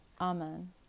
Amen